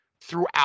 throughout